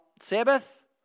Sabbath